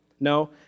No